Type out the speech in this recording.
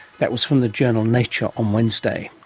that was from the journal nature on wednesday.